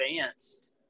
advanced